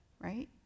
right